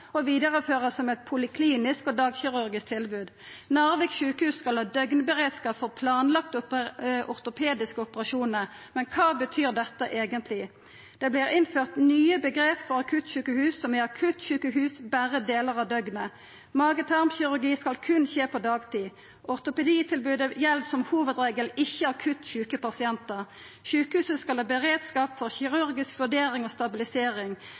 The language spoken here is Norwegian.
og vidareførast som eit poliklinisk og dagkirurgisk tilbod. Narvik sjukehus skal ha døgnberedskap for planlagde ortopediske operasjonar, men kva betyr dette eigentleg? Det vert innført nye omgrep for akuttsjukehus som er akuttsjukehus berre delar av døgnet. Mage-tarm-kirurgi skal berre skje på dagtid. Ortopeditilbodet gjeld som hovudregel ikkje akutt sjuke pasientar. Sjukehuset skal ha beredskap for kirurgisk vurdering og stabilisering,